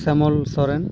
Semal Soren